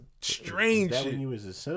strange